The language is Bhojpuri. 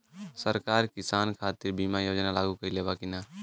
सरकार किसान खातिर बीमा योजना लागू कईले बा की ना?